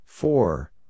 Four